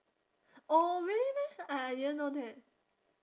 oh really meh I I didn't know that